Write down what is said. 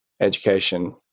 education